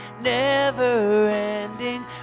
never-ending